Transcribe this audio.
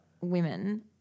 women